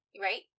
right